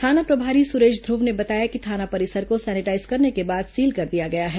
थाना प्रभारी सुरेश ध्रव ने बताया कि थाना परिसर को सैनिटाईज करने के बाद सील कर दिया गया है